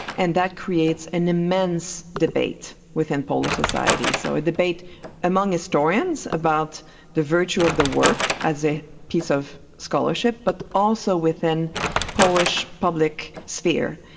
and that creates an immense debate within polish society, so a debate among historians about the virtue of the work as a piece of scholarship, but also within the polish public sphere.